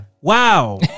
Wow